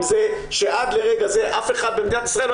עם זה שעד לרגע זה אף אחד במדינת ישראל לא